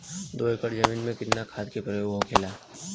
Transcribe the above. दो एकड़ जमीन में कितना खाद के प्रयोग होखेला?